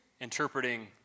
interpreting